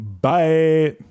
Bye